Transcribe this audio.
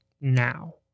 now